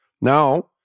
Now